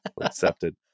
accepted